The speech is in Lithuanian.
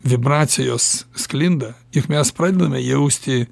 vibracijos sklinda juk mes pradedame jausti